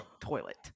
toilet